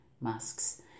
masks